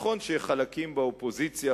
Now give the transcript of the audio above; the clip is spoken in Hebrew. נכון שחלקים באופוזיציה,